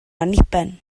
anniben